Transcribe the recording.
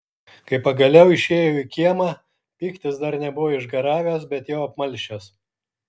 kai pagaliau išėjo į kiemą pyktis dar nebuvo išgaravęs bet jau apmalšęs